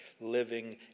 living